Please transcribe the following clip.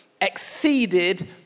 exceeded